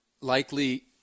likely